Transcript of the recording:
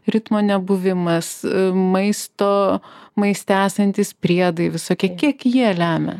ritmo nebuvimas maisto maiste esantys priedai visokie kiek jie lemia